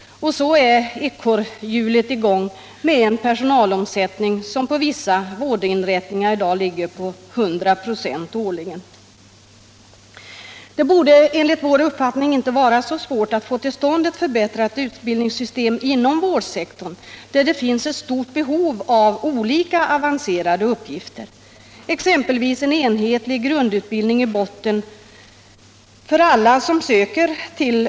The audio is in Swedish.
Så är ekorrhjulet i gång, och vi har en personalomsättning som vid vissa vårdinrättningar i dag ligger på 100 96 årligen. Det borde enligt vår uppfattning inte vara så svårt att få till stånd ett förbättrat utbildningssystem inom vårdsektorn, där det finns ett stort behov av personal för arbetsuppgifter som är olika avancerade. Vi har föreslagit en enhetlig grundutbildning i botten för alla som söker till vårdutbildning.